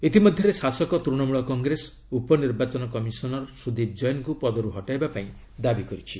ଇତିମଧ୍ୟରେ ଶାସକ ତୃଣମୂଳ କଂଗ୍ରେସ ଉପନିର୍ବାଚନ କମିଶନର ସୁଦୀପ ଜୈନଙ୍କୁ ପଦରୁ ହଟାଇବା ପାଇଁ ଦାବି କରିଛି